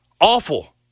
awful